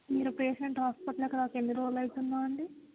మీరు పేషెంట్ హాస్పిటల్కి రాక ఎన్ని రోలు అవుతున్నాదండి